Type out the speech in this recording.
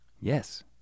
Yes